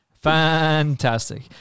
fantastic